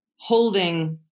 holding